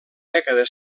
dècada